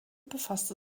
befasste